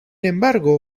embargo